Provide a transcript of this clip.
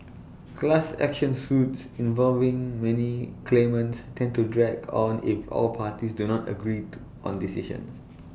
class action suits involving many claimants tend to drag on if all parties do not agree to on decisions